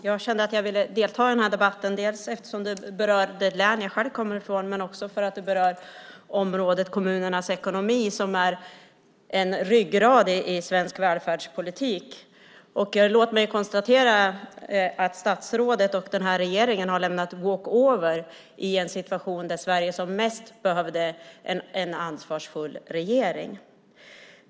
Fru talman! Jag vill delta i denna debatt dels för att den berör det län jag kommer från, dels för att den berör området kommunernas ekonomi, som är ryggraden i svensk välfärdspolitik. Låt mig konstatera att statsrådet och regeringen lämnat walk over i en situation när Sverige som mest behöver en ansvarsfull regering.